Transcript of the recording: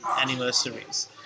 anniversaries